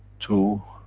to,